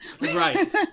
Right